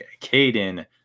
Caden